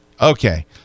Okay